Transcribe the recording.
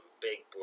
big